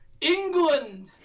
England